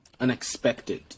unexpected